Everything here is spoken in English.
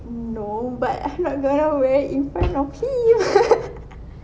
no but I'm not going to wear in front of him